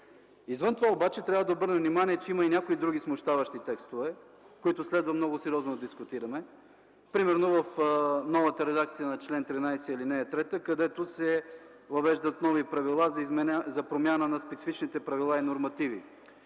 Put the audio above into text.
Извън това обаче трябва да обърна внимание, че има и някои други смущаващи текстове, които следва много сериозно да дискутираме. Примерно новата редакция на чл. 13, ал. 3, където се въвеждат нови правила за промяна на специфичните правила и нормативи,